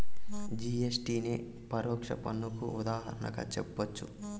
GST నే పరోక్ష పన్నుకు ఉదాహరణగా జెప్పచ్చు